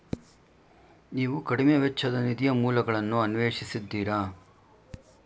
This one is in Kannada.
ನೀವು ಕಡಿಮೆ ವೆಚ್ಚದ ನಿಧಿಯ ಮೂಲಗಳನ್ನು ಅನ್ವೇಷಿಸಿದ್ದೀರಾ?